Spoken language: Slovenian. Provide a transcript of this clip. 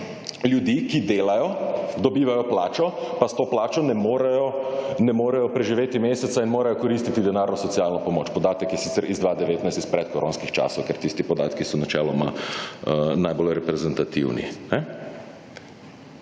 ljudi, ki delajo, dobivajo plačo, pa s to plačo ne morejo preživeti meseca in morajo koristiti denarno socialno pomoč. Podatek je sicer iz 2019, iz predkoronskih časov, ker tisti podatki so načeloma najbolj reprezentativni.